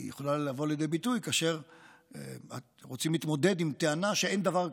היא יכולה לבוא לידי ביטוי כאשר רוצים להתמודד עם הטענה "אין דבר כזה".